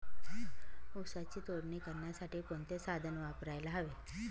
ऊसाची तोडणी करण्यासाठी कोणते साधन वापरायला हवे?